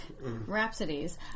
rhapsodies